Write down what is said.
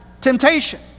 temptation